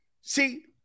See